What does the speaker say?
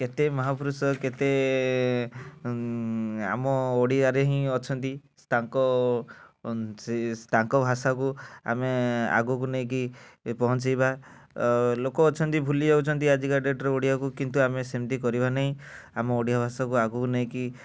କେତେ ମହାପୁରୁଷ କେତେ ଆମ ଓଡ଼ିଆରେ ହିଁ ଅଛନ୍ତି ତାଙ୍କ ସେ ତାଙ୍କ ଭାଷା କୁ ଆମେ ଆଗକୁ ନେଇକି ପହଁଚେଇବା ଲୋକ ଅଛନ୍ତି ଭୁଲି ଯାଉଛନ୍ତି ଆଜିକା ଡେଟ୍ ରେ ଓଡ଼ିଆ କୁ କିନ୍ତୁ ଆମେ ସେମିତି କରିବା ନାହିଁ ଆମେ ଓଡ଼ିଆ ଭାଷା କୁ ଆଗକୁ ନେଇକି